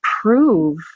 prove